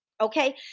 okay